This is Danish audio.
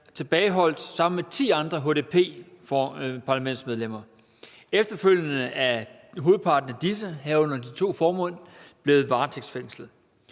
tilbageholdt sammen med 10 andre HDP-parlamentsmedlemmer. Efterfølgende er hovedparten af disse, herunder de to formænd, blevet varetægtsfængslet.